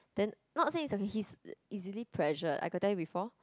then not say he's he's easily pressured I got tell you before